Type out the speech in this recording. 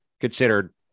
considered